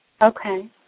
Okay